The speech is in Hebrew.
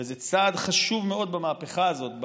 וזה צעד חשוב מאוד במהפכה הזאת,